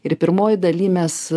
ir pirmoj daly mes